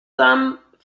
thumb